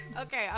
Okay